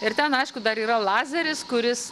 ir ten aišku dar yra lazeris kuris